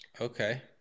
Okay